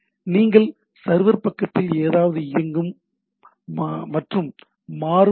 நீங்கள் சர்வர் பக்கத்தில் ஏதாவது இயங்கும் மற்றும் மாறும் ஹெச்